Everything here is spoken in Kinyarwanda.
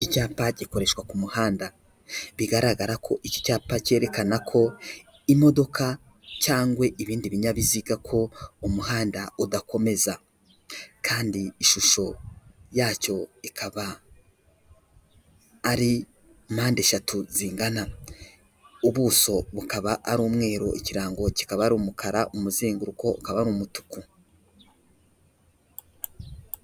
Icyapa gikoreshwa ku muhanda bigaragara ko iki cyapa cyerekana ko imodoka cyangwa ibindi binyabiziga ko umuhanda udakomeza, kandi ishusho yacyo ikaba ari mpande eshatu zingana, ubuso bukaba ari umweru, ikirango kikaba ari umukara, umuzunguruko ukaba mu mutuku.